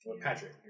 Patrick